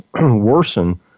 worsen